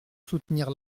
soutenir